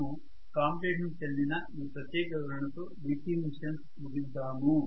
మనము కామ్యుటేషన్ కు చెందిన ఈ ప్రత్యేక వివరణతో DC మిషన్స్ ముగిద్దాము